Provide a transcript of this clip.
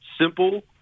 simple